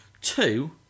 Two